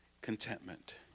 contentment